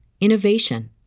innovation